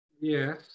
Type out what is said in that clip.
Yes